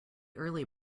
early